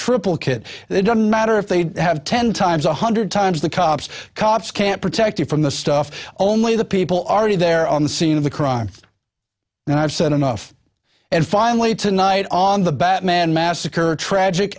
triplicate it doesn't matter if they have ten times one hundred times the cops cops can't protect you from the stuff only the people are there on the scene of the crime and i've said enough and finally tonight on the batman massacre tragic